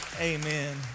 amen